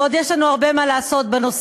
ועוד יש לנו הרבה מה לעשות בנושאים